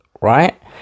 right